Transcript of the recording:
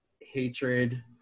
hatred